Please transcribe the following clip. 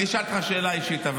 אני אשאל אותך שאלה אישית,